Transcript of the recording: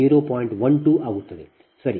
12 ಆಗುತ್ತದೆ ಸರಿ